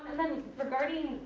then regarding